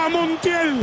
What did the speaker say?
Montiel